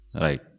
Right